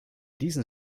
diesen